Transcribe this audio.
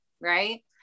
Right